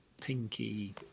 Pinky